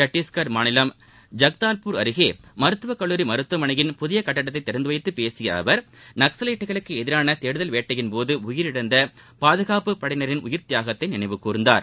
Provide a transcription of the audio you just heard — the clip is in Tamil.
சத்தீஸ்கர் மாநிலம் இக்தால்பூர் அருகே மருத்துவக் கல்லூரி மருத்துவமனையின் புதிய கட்டடத்தை திறந்த வைத்துப் பேசிய அவர் நக்சலைட்டுகளுக்கு எதிராள தேடுதல் வேட்டையின் போது உயிரிழந்த பாதுகாப்புப் படையினரின் உயிர்த் தியாகத்தை நினைவு கூர்ந்தார்